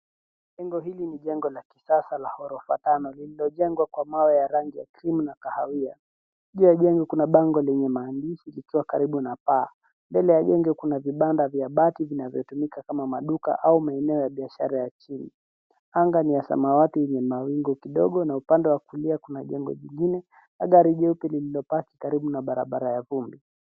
Jengo hili ni jengo la kisasa la gorofa tano, lililojengwa kwa mawe ya rangi ya krimu na kahawia. Juu ya jengo kuna bango lenye maandishi ikiwa karibu na paa. Mbele ya jengo kuna vibanda vya bati vinavyotumika kama maduka au maeneo ya biashara ya chini. Anga ni ya samawati yenye mawingu kidogo na upande wa kulia kuna jengo jingine na gari ya jeupe lililopaki karibu na barabara ya vumbi.